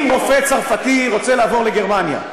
אם רופא צרפתי רוצה לעבור לגרמניה,